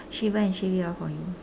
shaver and shave it off for you